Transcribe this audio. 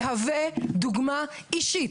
מהווה דוגמה אישית.